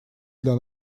для